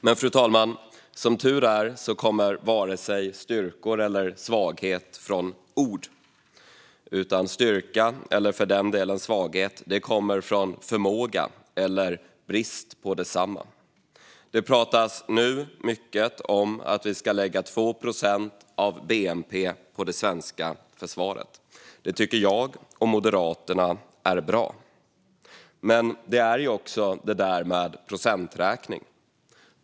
Men, fru talman, som tur är kommer varken styrka eller svaghet från ord, utan styrka eller svaghet kommer från förmåga eller brist på densamma. Det pratas nu mycket om att vi ska lägga 2 procent av bnp på det svenska försvaret. Det tycker jag och Moderaterna är bra, men det är ju också det där med procenträkning.